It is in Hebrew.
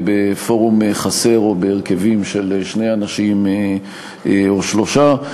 בפורום חסר או בהרכבים של שני אנשים או שלושה.